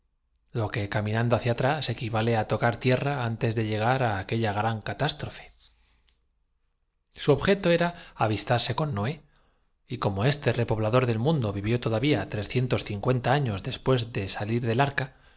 lo que cami nando hacia atrás equivale á tocar tierra antes de lle gar á aquella gran catástrofe su objeto era avistarse con noé y como este repo blador del mundo vivió todavía años después de salir del arca